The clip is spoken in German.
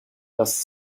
das